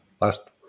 last